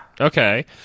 Okay